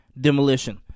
demolition